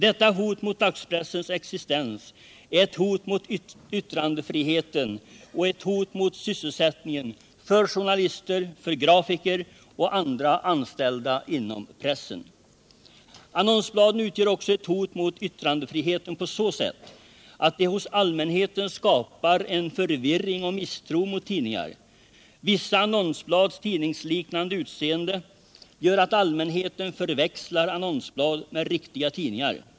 Detta hot mot dagspressens existens är ett hot mot yttrandefriheten och ett hot mot sysselsättningen för journalister, grafiker och andra anställda inom pressen. Annonsbladen utgör också ett hot mot yttrandefriheten på så sätt, att de hos allmänheten skapar förvirring och misstro mot tidningar. Vissa annonsblads tidningsliknande utseende gör att allmänheten förväxlar annonsblad med riktiga tidningar.